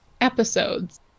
episodes